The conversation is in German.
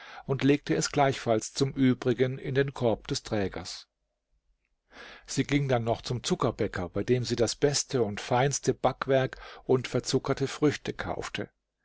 und legte es gleichfalls zum übrigen in den korb des trägers sie ging dann noch zum zuckerbäcker bei dem sie das beste und feinste backwerk und verzuckerte früchte kaufte